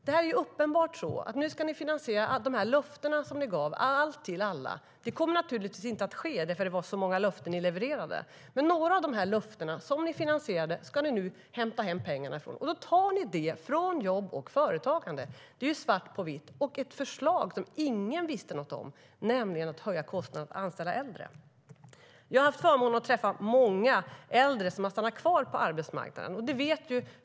Det är uppenbart så att ni nu ska finansiera de löften som ni gav: allt till alla. Det kommer naturligtvis inte att ske, för det var så många löften ni levererade. Men några av de här löftena, som ni finansierade, ska ni nu hämta hem pengarna för. Då tar ni det från jobb och företagande. Det är svart på vitt. Och det är ett förslag som ingen visste något om, nämligen att höja kostnaden för att anställa äldre. Jag har haft förmånen att träffa många äldre som har stannat kvar på arbetsmarknaden.